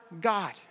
God